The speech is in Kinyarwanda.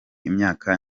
imyaka